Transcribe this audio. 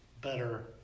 better